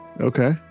Okay